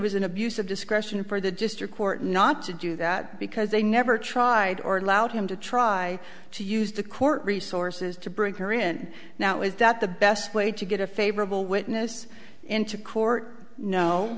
was an abuse of discretion for the district court not to do that because they never tried or allowed him to try to use the court resources to bring her in now is that the best way to get a favorable witness into court no